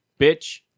bitch